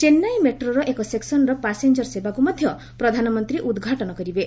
ଚେନ୍ନାଇ ମେଟ୍ରୋର ଏକ ସେକୁନର ପାସେଞ୍ଜର ସେବାକୁ ମଧ୍ୟ ପ୍ରଧାନମନ୍ତ୍ରୀ ଉଦ୍ଘାଟନ କରିବେ